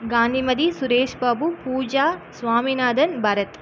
Kanthimathi Sureshbabu Pooja Swaminathan Bharat